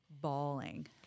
bawling